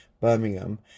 Birmingham